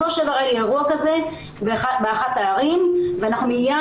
בשבוע שעבר היה לי אירוע כזה באחת הערים ואנחנו מיד